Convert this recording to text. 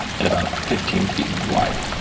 and about fifteen feet wide